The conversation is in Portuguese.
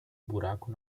buraco